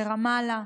לרמאללה,